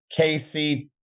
KC